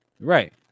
right